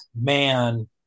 man